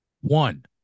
one